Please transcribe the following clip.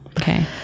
okay